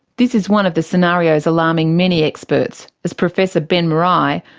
this is one of the scenarios alarming many experts, as professor ben marais,